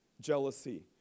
Jealousy